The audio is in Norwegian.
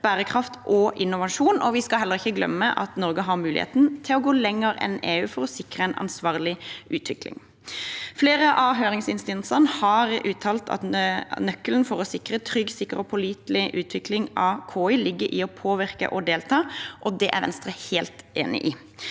bærekraft og innovasjon. Vi skal heller ikke glemme at Norge har muligheten til å gå lenger enn EU for å sikre en ansvarlig utvikling. Flere av høringsinstansene har uttalt at nøkkelen for å sikre en trygg, sikker og pålitelig utvikling av KI ligger i å påvirke og å delta. Det er Venstre helt enig i.